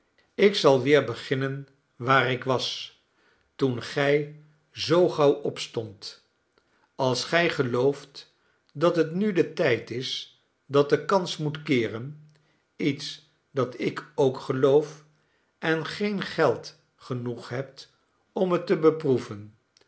ik zal weer beginnen waar ik was toen gij zoo gauw opstondt als gij gelooft dat het nu de tijd is dat de kans moet keeren iets dat ik ook geloof en geen geld genoeg hebt om het te beproeven